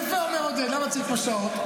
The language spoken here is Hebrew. יפה אומר עודד, למה צריך פה שעות?